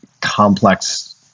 complex